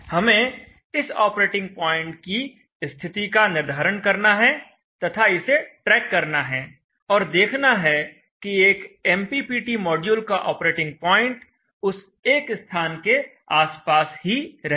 हमें इस operating point की स्थिति का निर्धारण करना है तथा इसे ट्रैक करना है और देखना है कि एक एमपीपीटी मॉड्यूल का ऑपरेटिंग प्वाइंट उस एक स्थान के आस पास ही रहे